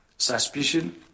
suspicion